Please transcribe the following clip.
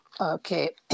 Okay